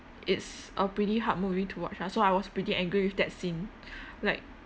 it's a pretty hard movie to watch ah so I was pretty angry with that scene like